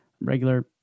regular